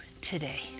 today